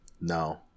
No